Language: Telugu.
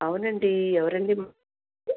అవునండి ఎవరండి మీరు